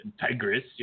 Tigris